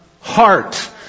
heart